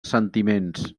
sentiments